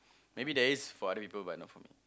maybe there is for other people but not for me